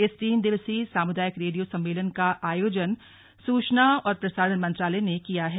इस तीन दिवसीय सामुदायिक रेडियो सम्मेलन का आयोजन सूचना और प्रसारण मंत्रालय ने किया है